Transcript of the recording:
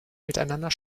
miteinander